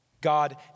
God